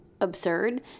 absurd